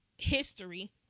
history